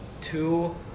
two